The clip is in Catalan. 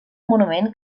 monument